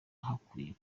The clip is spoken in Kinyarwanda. hakwiye